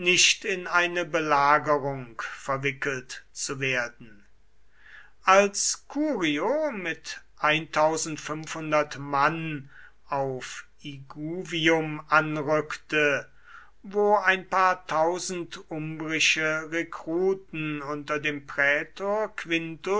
in eine belagerung verwickelt zu werden als curio mit mann auf iguvium anrückte wo ein paar tausend umbrische rekruten unter dem prätor quintus